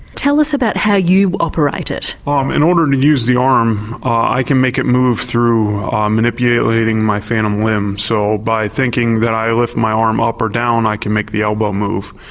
tell us about how you operate it? um in order to use the arm i can make it move through manipulating my phantom limb. so by thinking that i lift my arm up or down i can make the elbow move.